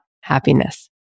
happiness